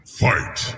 fight